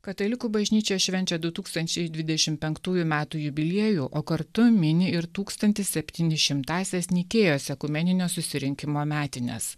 katalikų bažnyčia švenčia du tūkstančiai dvidešimt penktųjų metų jubiliejų o kartu mini ir tūkstantis septyni šimtąsias nikėjos ekumeninio susirinkimo metines